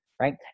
right